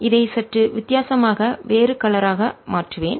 இதை சற்று வித்தியாசமாக வேறு கலராக மாற்றுவேன்